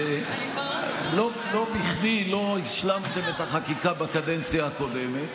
לא בכדי לא השלמתם את החקיקה בקדנציה הקודמת,